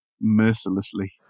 mercilessly